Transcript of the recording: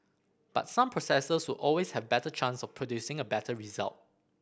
but some processes will always have better chance of producing a better result